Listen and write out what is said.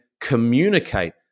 communicate